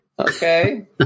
Okay